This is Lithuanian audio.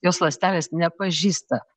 jos ląstelės nepažįsta